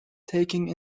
taking